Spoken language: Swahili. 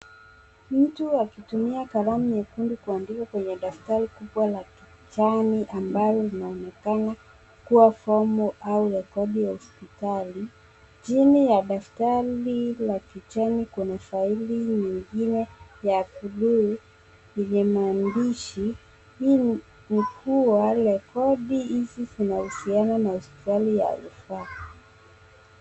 Mtu akitumia kalamu kwenye daftari kubwa la kijani, ambazo zinaonekana kama kumbukumbu au rekodi za usalama. Juu ya daftari la kijani kuna faili nyingine kubwa yenye maandishi ambayo yanaonyesha kwamba rekodi hizi zina uhusiano.